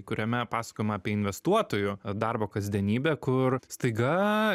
kuriame pasakojama apie investuotojų darbo kasdienybę kur staiga